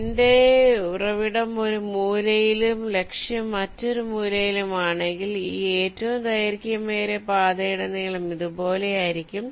എന്റെ ഉറവിടം ഒരു മൂലയിലും ലക്ഷ്യം മറ്റൊരു മൂലയിലുമാണെങ്കിൽ ഈ ഏറ്റവും ദൈർഘ്യമേറിയ പാതയുടെ നീളം ഇതുപോലെയായിരിക്കും